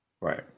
Right